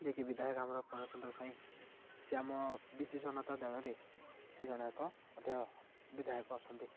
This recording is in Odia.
ଯିଏକି ବିଧାୟକ ଆମର ପୂର୍ଣ୍ଣ ଚନ୍ଦ୍ର ସ୍ୱାଇଁ ସେ ଆମ ବିଜୁ ଜନତା ଦଳରେ ସେ ଜଣକ ବିଧାୟକ ଅଛନ୍ତି